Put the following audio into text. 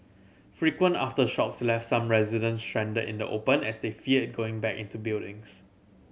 frequent aftershocks left some resident stranded in the open as they feared going back into buildings